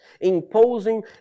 Imposing